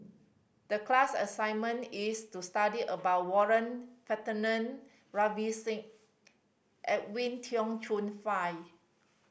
the class assignment is to study about Warren Singh and Edwin Tong Chun Fai